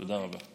תודה רבה.